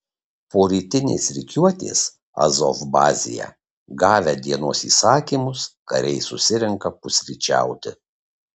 po rytinės rikiuotės azov bazėje gavę dienos įsakymus kariai susirenka pusryčiauti